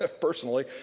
personally